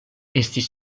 estis